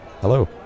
Hello